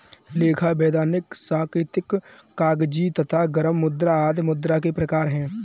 लेखा, वैधानिक, सांकेतिक, कागजी तथा गर्म मुद्रा आदि मुद्रा के प्रकार हैं